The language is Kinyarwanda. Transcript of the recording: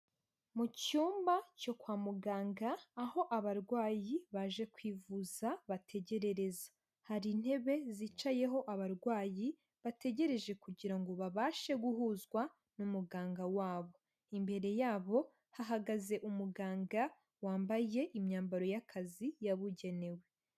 Mu cyumba cyo kwa muganga aho abarwayi baje kwivuza bategerereza, hari intebe zicayeho abarwayi bategereje kugira ngo babashe guhuzwa na muganga wabo, imbere yabo hahagaze umuganga wambaye imyambaro y'akazi yabugenewe.